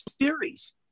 series